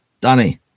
Danny